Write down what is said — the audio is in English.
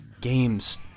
games